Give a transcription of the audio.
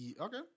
okay